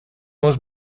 was